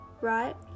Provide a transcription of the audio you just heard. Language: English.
right